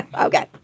Okay